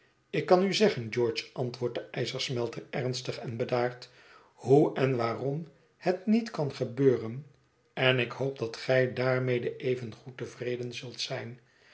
ik kan u zeggen george antwoordt de ijzersmelter ernstig en bedaard hoe en waarom het niet kan gebeuren en ik hoop dat gij daarmede evengoed tevreden zult zijn